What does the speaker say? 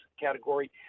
category